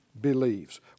Believes